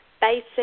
basic